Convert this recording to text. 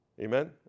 Amen